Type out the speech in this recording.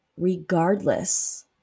regardless